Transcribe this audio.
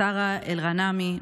סארה אל ג'נאמי,